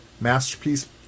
masterpiece